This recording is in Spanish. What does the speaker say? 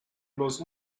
los